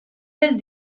del